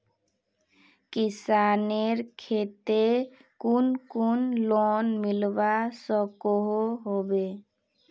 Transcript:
किसानेर केते कुन कुन लोन मिलवा सकोहो होबे?